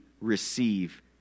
receive